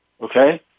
Okay